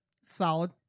Solid